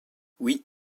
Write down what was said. oui